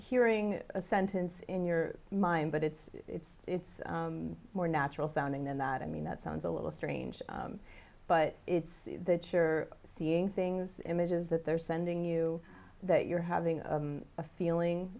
hearing a sentence in your mind but it's it's it's more natural sounding than that i mean that sounds a little strange but it's that you're seeing things images that they're sending you that you're having a feeling